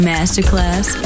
Masterclass